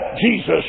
Jesus